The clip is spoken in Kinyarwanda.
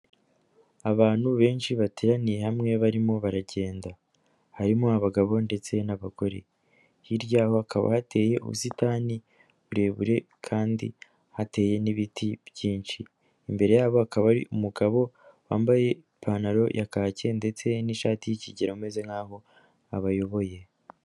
Abantu benshi bateraniye hamwe barimo baragenda, harimo abagabo ndetse n'abagore, hirya yabo hakaba hateye ubusitani burebure kandi hateye n'ibiti byinshi, imbere yabo hakaba ari umugabo wambaye ipantaro ya kacye ndetse n'ishati y'ikigina umeze nk'aho abayoboye.